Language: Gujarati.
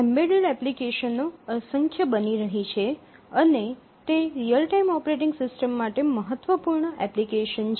એમ્બેડેડ એપ્લિકેશનો અસંખ્ય બની રહી છે અને તે રીઅલ ટાઇમ ઓપરેટિંગ સિસ્ટમ માટે મહત્વપૂર્ણ એપ્લિકેશન છે